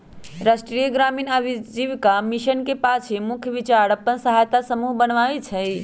राष्ट्रीय ग्रामीण आजीविका मिशन के पाछे मुख्य विचार अप्पन सहायता समूह बनेनाइ हइ